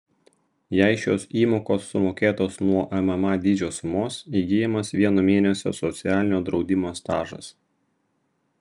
jei šios įmokos sumokėtos nuo mma dydžio sumos įgyjamas vieno mėnesio socialinio draudimo stažas